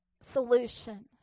solution